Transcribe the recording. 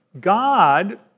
God